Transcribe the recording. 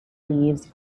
leaves